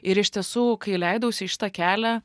ir iš tiesų kai leidausi į šitą kelią